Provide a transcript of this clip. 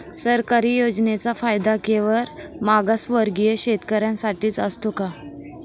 सरकारी योजनांचा फायदा केवळ मागासवर्गीय शेतकऱ्यांसाठीच असतो का?